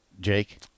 Jake